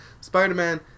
Spider-Man